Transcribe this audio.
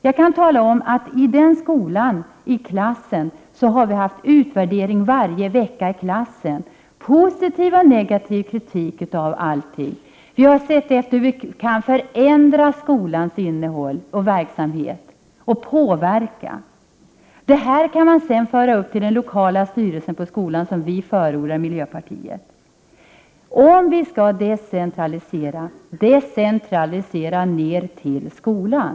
Jag kan tala om att i den skola jag har erfarenhet från har vi haft utvärdering varje vecka i klassen — positiv och negativ kritik av allting. Vi har sett efter hur vi kan förändra och påverka skolans innehåll och verksamhet. Detta kan man sedan föra upp till den lokala styrelsen på skolan, såsom vi i miljöpartiet förordar. Om vi skall decentralisera — decentralisera ner till skolan!